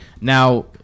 Now